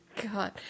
God